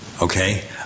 okay